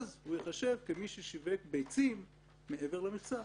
הוא ייחשב כמי ששיווק ביצים מעבר למכסה.